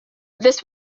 this